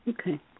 Okay